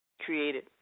created